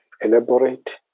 elaborate